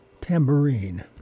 tambourine